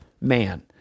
man